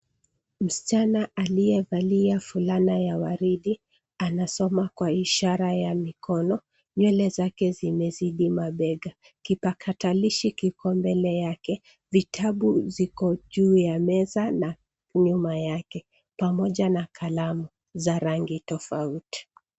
Msichana aliyevalia fulana ya waridi ,anasoma kwa ishara ya mikono. Nywele zake zimezidi mabega. Kipakatalishi kiko mbele yake, vitabu ziko juu ya meza na nyuma yake pamoja na kalamu za rangi tofauti.